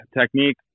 technique